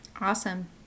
Awesome